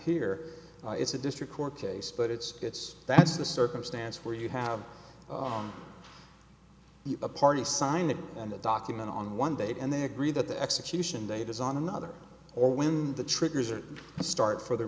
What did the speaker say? here it's a district court case but it's it's that's the circumstance where you have a party signed it and a document on one date and they agree that the execution date is on another or when the triggers are start for the